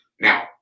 Now